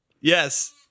yes